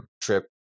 Trip